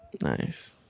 Nice